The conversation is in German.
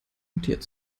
mutiert